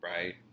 right